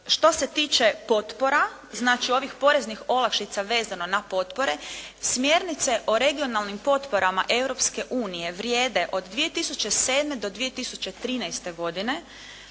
Što se tiče potpora, znači ovih poreznih olakšica vezno na potpore, smjernice o regionalnim potporama Europske unije vrijede od 2007. do 2013. godine.